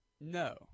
No